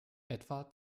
etwa